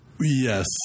Yes